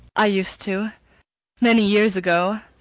i used to many years ago.